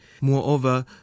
Moreover